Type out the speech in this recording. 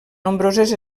nombroses